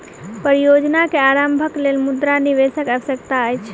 परियोजना के आरम्भक लेल मुद्रा निवेशक आवश्यकता अछि